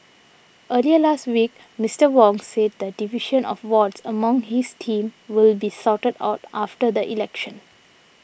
earlier last week Mister Wong said the division of wards among his team will be sorted out after the election